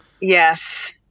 Yes